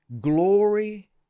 glory